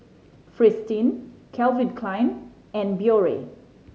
Fristine Calvin Klein and Biore